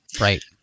Right